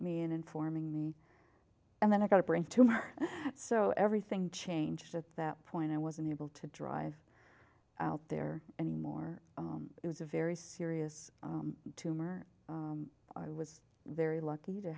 me and informing me and then i got a brain tumour so everything changed at that point i wasn't able to drive out there anymore it was a very serious tumour i was very lucky to